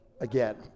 again